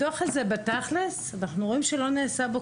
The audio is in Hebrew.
הדוח הזה בתכלס אנחנו רואים שלא נעשה בו